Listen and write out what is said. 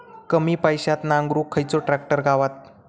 कमी पैशात नांगरुक खयचो ट्रॅक्टर गावात?